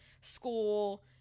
school